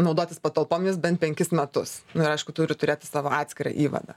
naudotis patalpomis bent penkis metus nu ir aišku turi turėti savo atskirą įvadą